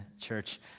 church